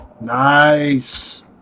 Nice